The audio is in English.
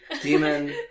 Demon